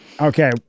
Okay